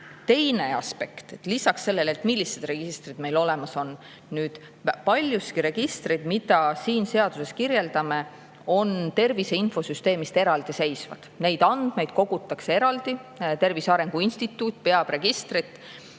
teine aspekt lisaks sellele, millised registrid meil olemas on. Paljuski registrid, mida me siin seaduses kirjeldame, seisavad tervise infosüsteemist eraldi. Neid andmeid kogutakse eraldi, Tervise Arengu Instituut peab registrit